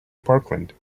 parkland